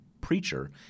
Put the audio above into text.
preacher